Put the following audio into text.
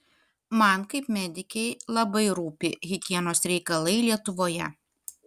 man kaip medikei labai rūpi higienos reikalai lietuvoje